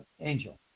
angel